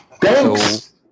Thanks